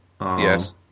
Yes